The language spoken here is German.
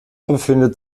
befindet